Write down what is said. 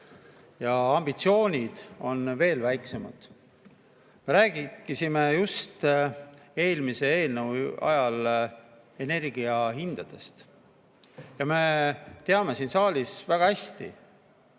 Ja ambitsioonid on veel väiksemad. Me rääkisime ka eelmise eelnõu [arutamisel] energiahindadest. Me teame siin saalis väga hästi,